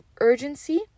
urgency